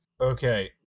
Okay